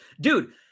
Dude